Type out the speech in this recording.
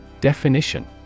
Definition